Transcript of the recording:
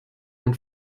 man